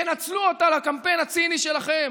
תנצלו אותה לקמפיין הציני שלכם.